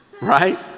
Right